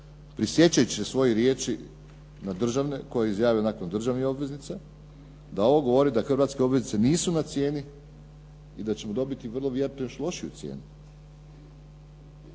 prisjećajući se svojih riječi koje je izjavio nakon državnih obveznica, da ovo govori da hrvatske obveznice nisu na cijeni i da ćemo dobiti vrlo vjerojatno još lošiju cijenu.